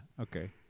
Okay